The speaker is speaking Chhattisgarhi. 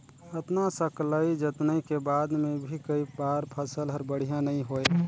अतना सकलई जतनई के बाद मे भी कई बार फसल हर बड़िया नइ होए